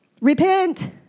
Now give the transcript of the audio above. Repent